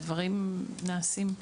הדברים נעשים.